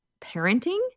parenting